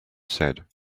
said